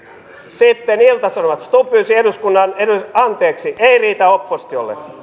sitten ilta sanomat stubb pyysi eduskunnalta anteeksi ei riitä oppositiolle